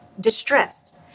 distressed